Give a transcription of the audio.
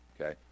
Okay